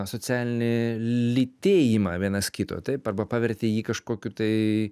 socialinį lytėjimą vienas kito taip arba pavertė jį kažkokiu tai